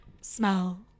smell